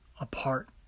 apart